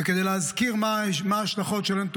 וכדאי להזכיר לשרת התחבורה שיש עוד המשך לשם של